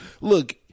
look